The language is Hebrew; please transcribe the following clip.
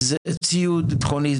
זה ציוד ביטחוני,